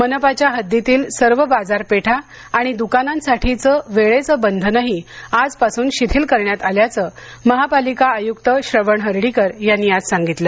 मनपाच्या हद्दीतील सर्व बाजारापेठा आणि द्कानांसाठीचं वेळेचं वंधनही आजपासून शिथिल करण्यात आल्याचं महापालिका आयुक्त श्रवण हर्डीकर यांनी आज सांगितलं